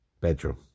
bedroom